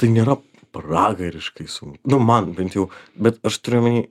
tai nėra pragariškai sun nu man bent jau bet aš turiu omeny